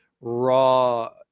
raw